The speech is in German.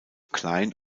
klein